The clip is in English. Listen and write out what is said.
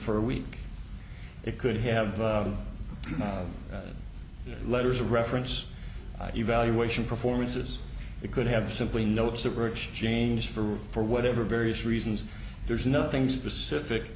for a week it could have been you know letters of reference evaluation performances it could have simply notes that were exchanged for whatever various reasons there's nothing specific